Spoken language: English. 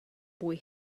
boy